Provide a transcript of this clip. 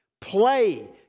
Play